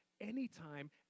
anytime